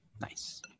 Nice